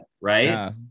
right